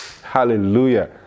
Hallelujah